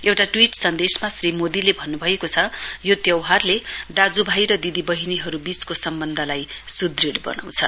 एउटा ट्वीट सन्देशमा श्री मोदीले भन्नुभएको छ यो त्यौहारले दाज्यू भाई र दिदी वहिनीहरुकवीचको सम्वन्धलाई सुदृढ़ बनाउँछ